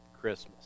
Christmas